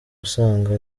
usanga